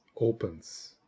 opens